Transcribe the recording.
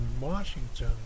Washington